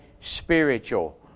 spiritual